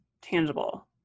tangible